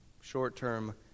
Short-term